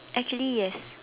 actually yes